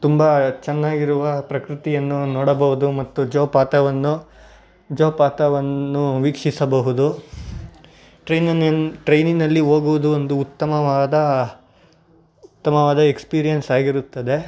ತುಂಬ ಚೆನ್ನಾಗಿರುವ ಪ್ರಕೃತಿಯನ್ನು ನೋಡಬೌದು ಮತ್ತು ಜೋಪಾತವನ್ನು ಜೋಪಾತವನ್ನು ವೀಕ್ಷಿಸಬಹುದು ಟ್ರೈನಿನ ಟ್ರೈನಿನಲ್ಲಿ ಹೋಗುವುದು ಒಂದು ಉತ್ತಮವಾದ ಉತ್ತಮವಾದ ಎಕ್ಸ್ಪೀರಿಯನ್ಸಾಗಿರುತ್ತದೆ